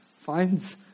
finds